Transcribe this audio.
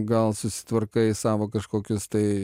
gal susitvarkai savo kažkokius tai